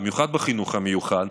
במיוחד בחינוך המיוחד,